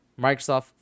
microsoft